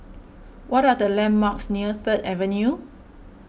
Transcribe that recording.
what are the landmarks near Third Avenue